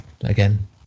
again